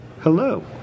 Hello